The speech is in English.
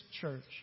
church